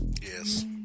Yes